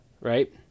right